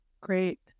Great